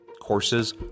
courses